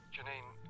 Janine